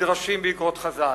מדרשים בעקבות חז"ל.